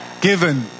given